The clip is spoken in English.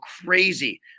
crazy